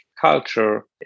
culture